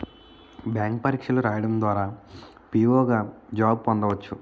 bank పరీక్షలు రాయడం ద్వారా పిఓ గా జాబ్ పొందవచ్చు